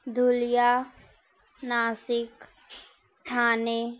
Dhule Nashik Thane